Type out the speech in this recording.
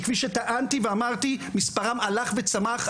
שכפי שטענתי ואמרתי מספרם הלך וצמח,